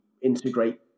integrate